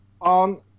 on